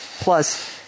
plus